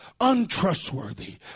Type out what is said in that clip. untrustworthy